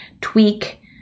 tweak